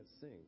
sing